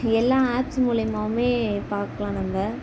எல்லா ஆப்ஸ் மூலிமாவுமே பார்க்கலாம் நம்ம